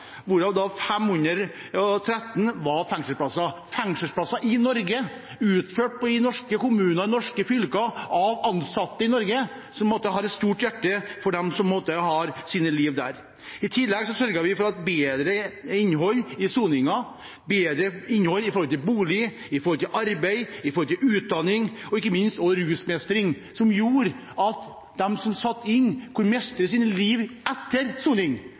hvorav 513 var fengselsplasser – fengselsplasser i Norge, i norske kommuner, norske fylker, utført av ansatte i Norge, som har et stort hjerte for dem som har sine liv der. I tillegg sørget vi for bedre innhold i soningen, bedre innhold når det gjaldt bolig, arbeid, utdanning og ikke minst rusmestring. Det gjorde at de som satt inne, kunne mestre sine liv etter soning.